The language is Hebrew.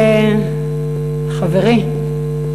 חברי,